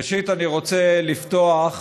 ראשית, אני רוצה לפתוח